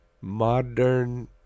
Modern